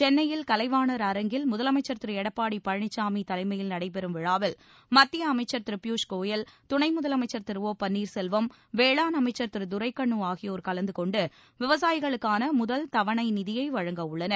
சென்னையில் கலைவாணர் அரங்கில் முதலமைச்சர் திரு எடப்பாடி பழனிசாமி தலைமையில் நடைபெறம் விழாவில் மக்கிய அமைச்சர் திரு பியூஷ் கோயல் துணை முதலமைச்சர் திரு ஒ பன்னீர் செல்வம் வேளாண் அமைச்சர் திரு துரைக்கண்ணு ஆகியோர் கலந்து கொண்டு விவசாயிகளுக்கான முதல் தவணை நிதியை வழங்க உள்ளனர்